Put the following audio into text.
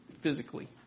physically